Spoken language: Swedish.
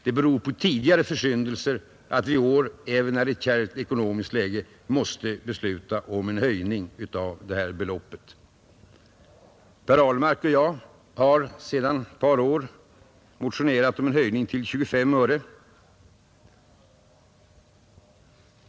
Det beror på tidigare försyndelser att vi i år, trots att det är ett kärvt ekonomiskt läge, måste besluta om en höjning av beloppet. Herr Ahlmark och jag har sedan ett par år motionerat om en höjning till 25 öre.